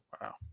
wow